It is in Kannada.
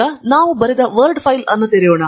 ಈಗ ನಾವು ಬರೆದ ವರ್ಡ್ ಫೈಲ್ ಅನ್ನು ತೆರೆಯೋಣ